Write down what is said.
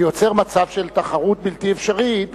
וזה יוצר מצב של תחרות בלתי אפשרית,